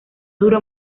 duró